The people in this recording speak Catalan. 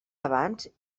abans